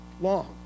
long